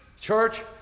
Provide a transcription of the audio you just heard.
church